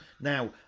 Now